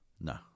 no